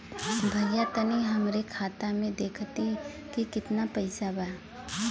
भईया तनि हमरे खाता में देखती की कितना पइसा बा?